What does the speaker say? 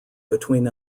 between